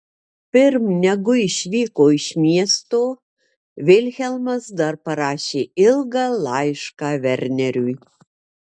pirm negu išvyko iš miesto vilhelmas dar parašė ilgą laišką verneriui